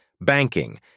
banking